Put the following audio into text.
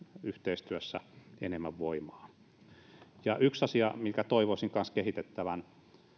yhteistyössä enemmän voimaa yksi asia mitä toivoisin kanssa kehitettävän